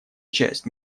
часть